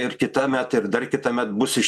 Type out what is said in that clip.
ir kitąmet ir dar kitąmet bus iš